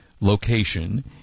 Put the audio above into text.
location